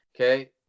Okay